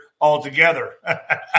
altogether